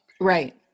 Right